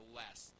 less